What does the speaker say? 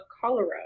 Cholera